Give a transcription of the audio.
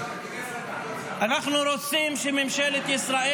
המליאה.) אנחנו רוצים שממשלת ישראל